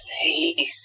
Please